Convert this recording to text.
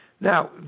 Now